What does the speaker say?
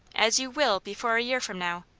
as you will before a year from now.